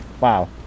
wow